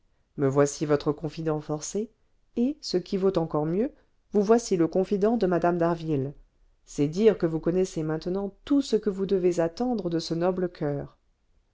me voici votre confident forcé et ce qui vaut encore mieux vous voici le confident de mme d'harville c'est dire que vous connaissez maintenant tout ce que vous devez attendre de ce noble coeur